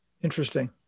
Interesting